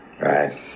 Right